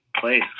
place